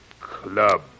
club